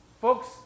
folks